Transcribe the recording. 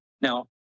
now